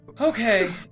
okay